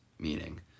meaning